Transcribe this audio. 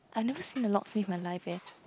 I never seen a locksmith in my life eh